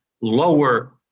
lower